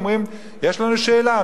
אומרים: יש לנו שאלה,